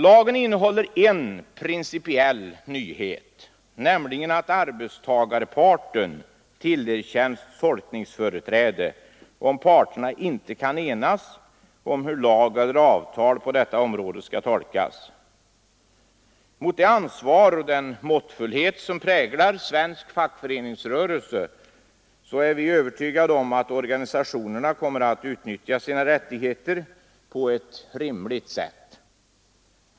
Lagen innehåller en principiell nyhet, nämligen att arbetstagarparten tillerkänns tolkningsföreträde om parterna inte kan enas om hur lag eller avtal på detta område skall tolkas. Med det ansvar och den måttfullhet som präglar svensk fackföreningsrörelse är vi övertygade om att organisationerna kommer att utnyttja sina rättigheter på ett rimligt sätt.